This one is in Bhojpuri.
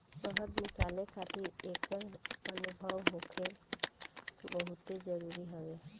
शहद निकाले खातिर एकर अनुभव होखल बहुते जरुरी हवे